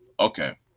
Okay